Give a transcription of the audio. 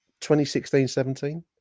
2016-17